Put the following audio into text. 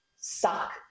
suck